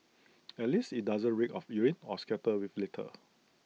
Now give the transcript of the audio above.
at least IT doesn't reek of urine or scattered with litter